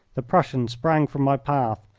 the prussian sprang from my path,